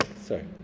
sorry